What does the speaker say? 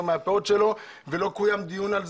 מהפאות שלו וגם במקרה הזה לא התקיים דיון.